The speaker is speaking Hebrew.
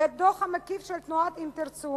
ואת הדוח המקיף של תנועת "אם תרצו",